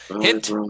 Hint